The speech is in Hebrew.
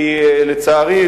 כי לצערי,